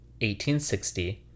1860